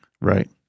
Right